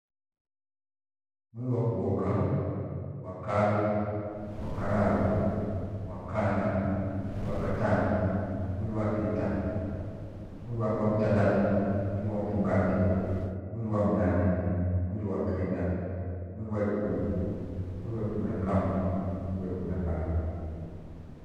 Mwiri wa kobhoka, wakabhi, wakararu, Wakana, mwiri wa katanu, mwiri wa thita, mwiri wa wa mtandatu, mwiri wa mfungate, mwiri wa mnane, mwiri wa kenda mwiri wa ikumi mwiri wa ikumi na kwamwi, mwiri wa ikumi na kabhi.